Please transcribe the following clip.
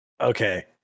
Okay